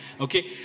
Okay